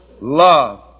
love